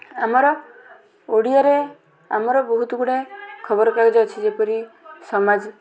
ଆମର ଓଡ଼ିଆରେ ଆମର ବହୁତଗୁଡ଼ାଏ ଖବରକାଗଜ ଅଛି ଯେପରି ସମାଜ